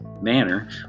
manner